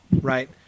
right